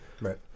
Right